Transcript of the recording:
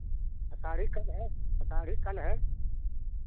आषाढ़ी कल है आषाढ़ी कल है